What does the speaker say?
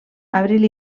abril